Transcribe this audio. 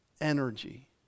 energy